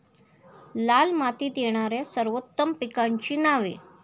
लाल मातीत येणाऱ्या सर्वोत्तम पिकांची नावे?